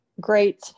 great